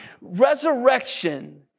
Resurrection